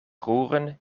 roeren